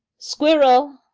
squirrel!